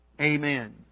Amen